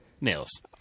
nails